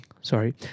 sorry